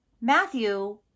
Matthew